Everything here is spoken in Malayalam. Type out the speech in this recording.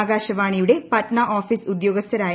ആകാശവാണിയുടെ പട്ന ഓഫീസ് ഉദ്യോഗസ്ഥനായിരുന്നു